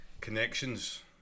Connections